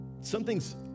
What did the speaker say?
Something's